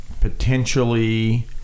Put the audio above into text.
potentially